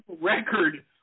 record